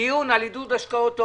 דיון על עידוד השקעות הון.